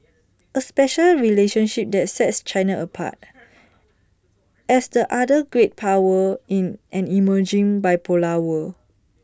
A special relationship that sets China apart as the other great power in an emerging bipolar world